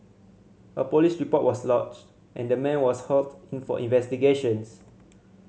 a police report was lodged and the man was hauled in for investigations